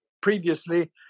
previously